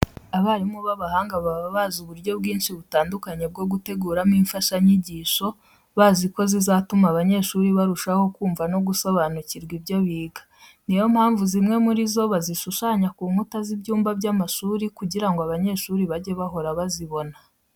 Abarimu b'abahanga baba bazi uburyo bwinshi butandukanye bwo guteguramo imfashanyigisho bazi ko zizatuma abanyeshuri barushaho kumva no gusobanukirwa ibyo biga. Niyo mpamvu zimwe muri zo bazishushanya ku nkuta z'ibyumba by'amashuri kugira ngo abanyeshuri bajye bahora bazibona.